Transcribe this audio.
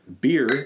beer